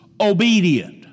obedient